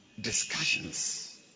discussions